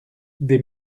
des